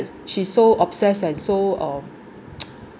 she so obsessed and so um